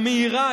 והמהירה,